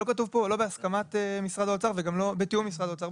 לא כתוב פה לא בהסכמת משרד האוצר וגם לא בתיאום עם משרד האוצר,